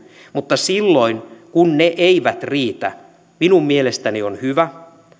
mutta silloin kun ne eivät riitä minun mielestäni on hyvä